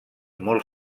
molt